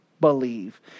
believe